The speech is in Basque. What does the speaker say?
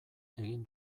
egin